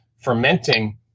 fermenting